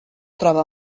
troba